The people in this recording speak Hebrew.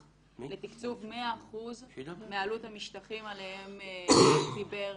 לתקצוב 100 אחוזים מעלות המשטחים עליהם דיבר